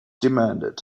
demanded